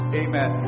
amen